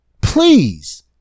Please